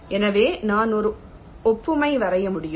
எனவே நான் ஒரு ஒப்புமை வரைய முடியும்